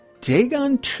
Dagon